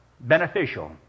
beneficial